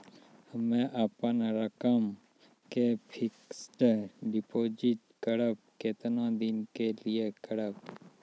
हम्मे अपन रकम के फिक्स्ड डिपोजिट करबऽ केतना दिन के लिए करबऽ?